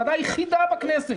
זאת הוועדה היחידה בכנסת